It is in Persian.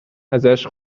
ازش